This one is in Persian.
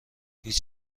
هیچ